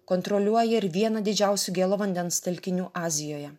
kontroliuoja ir vieną didžiausių gėlo vandens telkinių azijoje